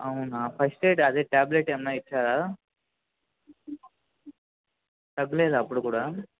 అవునా first aid అదే tablet ఏమైనా ఇచ్చారా తగ్గలేదా అప్పుడు కూడా